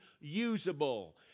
usable